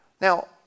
Now